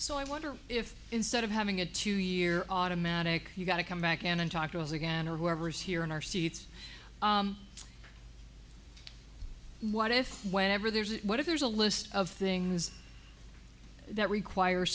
so i wonder if instead of having a two year automatic you've got to come back and talk to us again or whoever's here in our seats what if whenever there's a what if there's a list of things that require